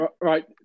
Right